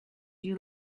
you